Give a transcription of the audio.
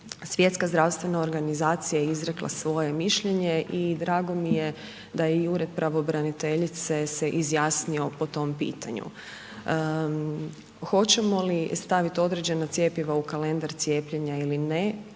Svjetska zdravstvena organizacija je izrekla svoje mišljenje i drago mi je da i Ured pravobraniteljice se izjasnio po tom pitanju. Hoćemo li staviti određena cjepiva u kalendar cijepljenja ili ne,